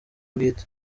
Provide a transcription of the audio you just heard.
bwite